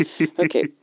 Okay